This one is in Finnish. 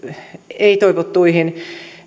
ei toivottuihin